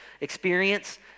experience